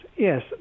Yes